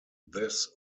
this